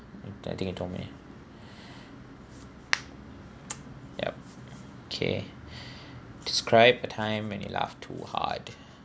I think you told me yup K describe a time when you laughed too hard